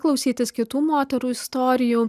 klausytis kitų moterų istorijų